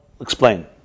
explain